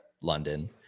London